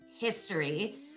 history